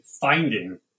finding